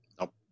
Nope